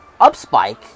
up-spike